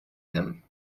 him